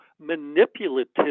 manipulative